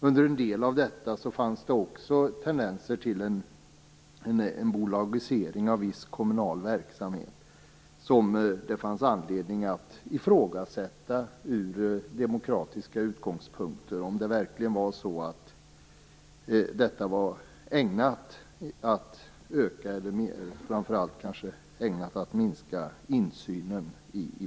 Under en del av detta fanns det också tendenser till bolagisering av viss kommunal verksamhet. Det fanns anledning att ifrågasätta den från demokratiska utgångspunkter, och om det var ägnat att öka, eller kanske framför allt minska, insynen.